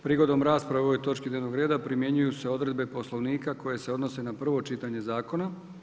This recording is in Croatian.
Prigodom rasprave o ovoj točki dnevnog reda primjenjuju se odredbe Poslovnika koje se odnose na prvo čitanje zakona.